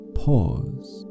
pause